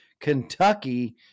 Kentucky